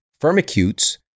Firmicutes